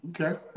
Okay